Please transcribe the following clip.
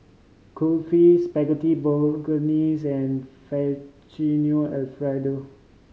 Kulfi Spaghetti Bolognese and Alfredo